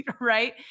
Right